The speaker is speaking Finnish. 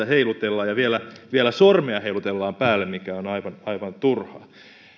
heilutellaan ja vielä vielä sormea heilutellaan päälle mikä on aivan aivan turhaa